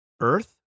earth